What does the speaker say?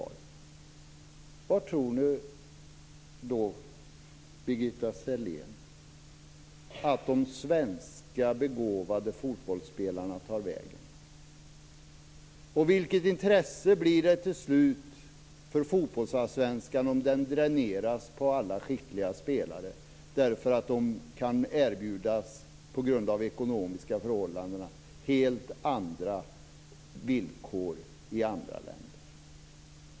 Vart tror då Birgitta Sellén att de svenska begåvade fotbollsspelarna tar vägen? Vilket intresse blir det till slut för fotbollsallsvenskan om den dräneras på alla skickliga spelare därför att de på grund av ekonomiska förhållanden kan erbjudas helt andra villkor i andra länder?